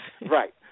Right